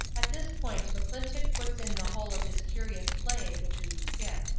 at this point mcclintock puts in the whole of his curious play which we skip.